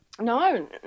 No